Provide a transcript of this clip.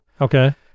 Okay